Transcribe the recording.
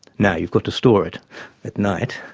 now you've got to store it at night.